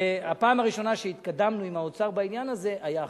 הראשונה שהתקדמנו עם האוצר בעניין הזה היתה עכשיו.